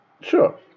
sure